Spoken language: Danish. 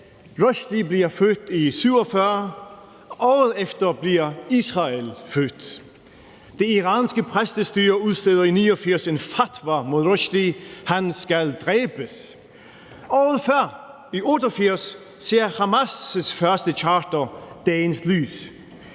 Rushdie bliver født i 1947, året efter bliver Israel født. Det iranske præstestyre udsteder i 1989 en fatwa mod Rushdie; han skal dræbes. Året før, i 1988, ser Hamas' første charter dagens lys.